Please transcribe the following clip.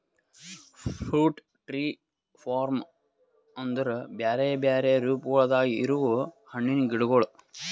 fruit tree form ಅಂದುರ್ ಬ್ಯಾರೆ ಬ್ಯಾರೆ ರೂಪಗೊಳ್ದಾಗ್ ಇರವು ಹಣ್ಣಿನ ಗಿಡಗೊಳ್